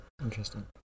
Interesting